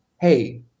hey